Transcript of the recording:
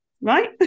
right